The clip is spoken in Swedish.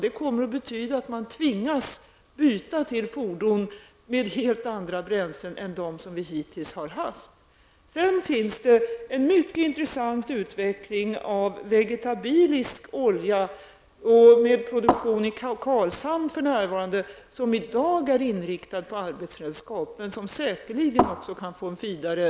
Det kommer att tvinga fram ett byte till fordon som använder helt andra bränslen än de som hittills har funnits. Det finns vidare en mycket intressant utveckling av vegetabilisk olja med produktion för närvarande i Karlshamn. I dag är produktionen inriktad på arbetsredskap, men den kan säkerligen få en vidare användning.